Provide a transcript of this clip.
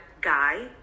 Guy